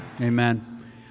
Amen